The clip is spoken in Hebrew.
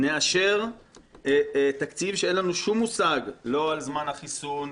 נאשר תקציב כשאין לנו שום מושג לא על זמן החיסון,